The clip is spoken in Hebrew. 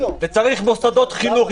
וצריך מוסדות חינוך.